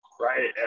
right